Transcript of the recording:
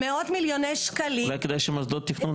אני לא יודע לגרום לזה שיכריזו 78,77. מי